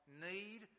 need